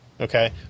okay